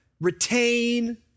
retain